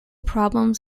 problems